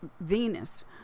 Venus